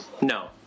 No